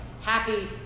happy